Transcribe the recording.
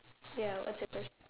ya what's your question